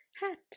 hat